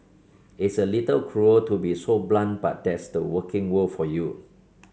it's a little cruel to be so blunt but that's the working world for you